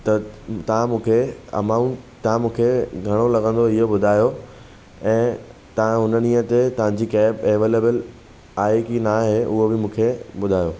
त तव्हां मूंखे अमाउंट तव्हां मूंखे घणो लॻंदो इहो ॿुधायो ऐं तव्हां हुन ॾींहं ते तव्हांजी कैब एवैलेबल आहे न की न आहे उहो बि मूंखे ॿुधायो